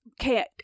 okay